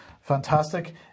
Fantastic